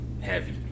heavy